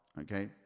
okay